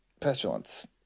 pestilence